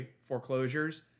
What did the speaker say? foreclosures